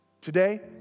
Today